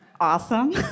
Awesome